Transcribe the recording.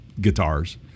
guitars